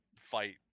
fight